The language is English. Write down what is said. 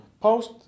post